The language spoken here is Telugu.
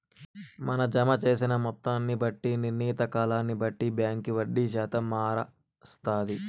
మన జమ జేసిన మొత్తాన్ని బట్టి, నిర్ణీత కాలాన్ని బట్టి బాంకీ వడ్డీ శాతం మారస్తాది